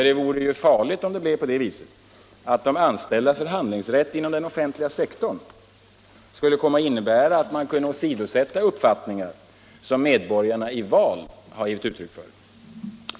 Det vore farligt om det blev på det viset att de anställdas förhandlingsrätt inom den offentliga sektorn skulle komma att innebära att man kunde åsidosätta uppfattningar som medborgarna i val har gett uttryck för.